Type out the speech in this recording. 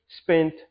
spent